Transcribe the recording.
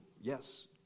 Yes